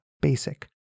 basic